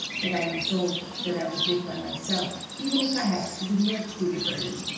that i resolved that i would live by myself even if i had to do milk delivery.